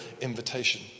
invitation